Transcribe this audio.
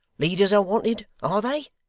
leaders are wanted, are they?